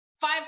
five